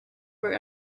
were